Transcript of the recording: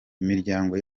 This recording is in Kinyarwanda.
imiryango